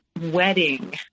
wedding